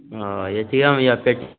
हँ A T M या पे T